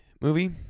movie